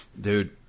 Dude